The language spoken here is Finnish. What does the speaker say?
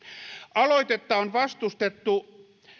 aloitetta on vastustettu